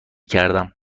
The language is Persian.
کردم